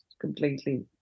completely